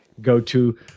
go-to